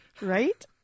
Right